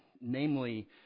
namely